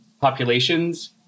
populations –